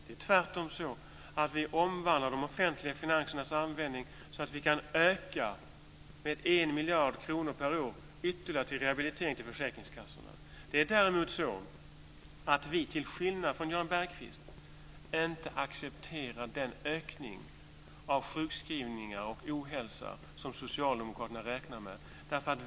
Det är tvärtom så att vi omvandlar de offentliga finansernas användning så att vi kan öka med 1 miljard kronor per år ytterligare till försäkringskassorna för rehabilitering. Till skillnad från Jan Bergqvist accepterar vi inte den ökning av sjukskrivningar och ohälsa som socialdemokraterna räknar med.